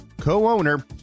co-owner